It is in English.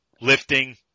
lifting